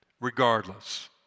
regardless